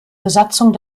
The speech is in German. besatzung